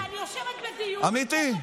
אמיתי.